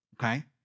okay